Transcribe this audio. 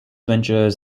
ventures